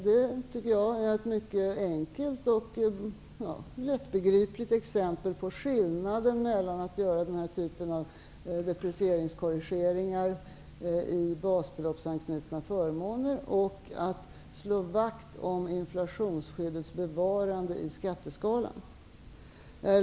Det tycker jag är ett mycket enkelt och lättbegripligt exempel på skillnaden mellan att göra denna typ av deprecieringskorrigeringar i basbeloppsanknutna förmåner och att slå vakt om inflationsskyddets bevarande i skatteskalan.